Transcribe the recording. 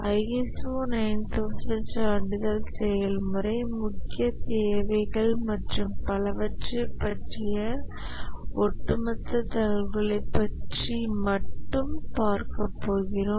ISO 9000 சான்றிதழ் செயல்முறை முக்கிய தேவைகள் மற்றும் பலவற்றைப் பற்றிய ஒட்டுமொத்த தகவல்களை பற்றி மட்டும் பார்ப்போம்